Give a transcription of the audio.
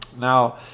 Now